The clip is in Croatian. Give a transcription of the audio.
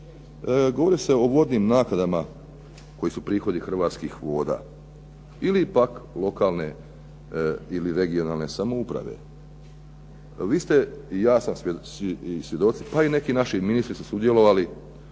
govori se o vodnim naknadama koji su prihodi Hrvatskih voda ili pak lokalne ili regionalne samouprave. Vi ste, ja sam svjedok, pa i neki naši ministri su sudjelovali